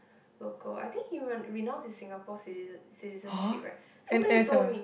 local I think he renounce his Singapore citizen citizenship right somebody told me